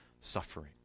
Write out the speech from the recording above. suffering